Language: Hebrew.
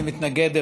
אני מתנגד ,